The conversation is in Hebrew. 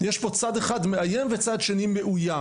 יש פה צד אחד מאיים, וצד שני מאויים.